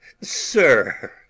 sir